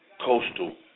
Coastal